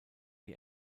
die